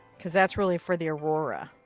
cause that's really for the aurora.